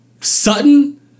Sutton